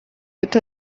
with